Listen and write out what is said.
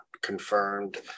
confirmed